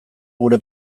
gure